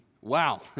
wow